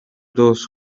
those